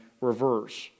reverse